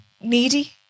needy